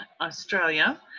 australia